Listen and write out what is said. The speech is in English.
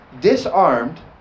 disarmed